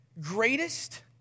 greatest